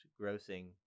grossing